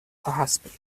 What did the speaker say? verhaspelt